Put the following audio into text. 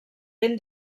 ben